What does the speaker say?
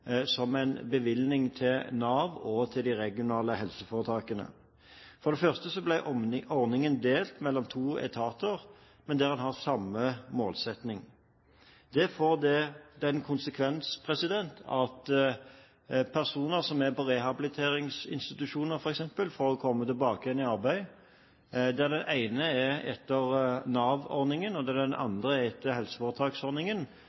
som en bevilgning til Nav og til de regionale helseforetakene. For det første ble ordningen delt mellom to etater, men der en har samme målsetting. Det får den konsekvens at personer som f.eks. er på rehabiliteringsinstitusjoner for å komme tilbake i arbeid, der den ene er etter Nav-ordningen og den andre er etter helseforetaksordningen, men får nøyaktig den